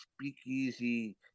speakeasy